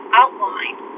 outline